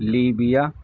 Libya